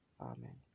Amen